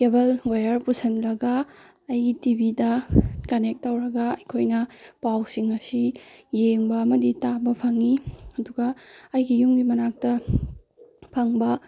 cable wire ꯄꯨꯁꯜꯂꯒ ꯑꯩꯒꯤ ꯇꯤꯚꯤꯗ ꯀꯟꯅꯦꯛ ꯇꯧꯔꯒ ꯑꯩꯈꯣꯏꯅ ꯄꯥꯎꯁꯤꯡ ꯑꯁꯤ ꯌꯦꯡꯕ ꯑꯃꯗꯤ ꯇꯥꯕ ꯐꯪꯉꯤ ꯑꯗꯨꯒ ꯑꯩꯒꯤ ꯌꯨꯝꯒꯤ ꯃꯅꯥꯛꯇ ꯐꯪꯕ